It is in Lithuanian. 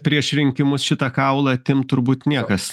prieš rinkimus šitą kaulą atimt turbūt niekas